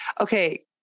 okay